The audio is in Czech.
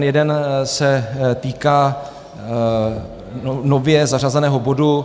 Jeden se týká nově zařazeného bodu.